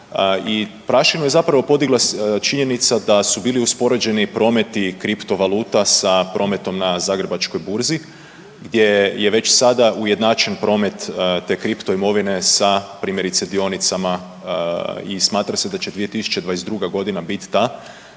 i prašinu je zapravo podigla činjenica da su bili uspoređeni prometi kriptovaluta sa prometom na Zagrebačkoj burzi gdje je već sada ujednačen promet te kriptoimovine sa primjerice dionicama i smatra se da će 2022.g. bit ta